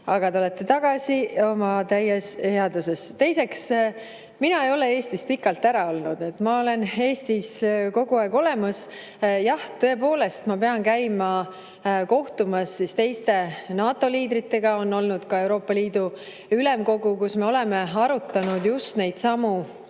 Aga te olete tagasi oma täies headuses. Teiseks, mina ei ole Eestist pikalt ära olnud. Ma olen Eestis kogu aeg olemas. Jah, tõepoolest, ma pean käima kohtumas teiste NATO liidritega. On olnud ka Euroopa Liidu Ülemkogu, kus me oleme arutanud just neidsamu